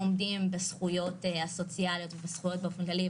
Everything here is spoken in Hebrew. עומדים בזכויות הסוציאליות ובזכויות באופן כללי,